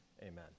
Amen